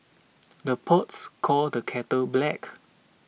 the pots call the kettle black